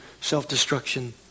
self-destruction